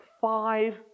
five